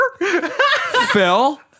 Phil